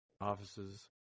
Offices